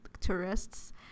tourists